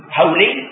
holy